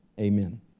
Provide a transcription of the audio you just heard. amen